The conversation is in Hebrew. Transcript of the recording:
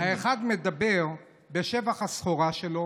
האחד מדבר בשבח הסחורה שלו,